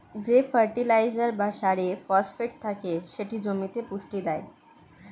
যে ফার্টিলাইজার বা সারে ফসফেট থাকে সেটি জমিতে পুষ্টি দেয়